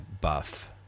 buff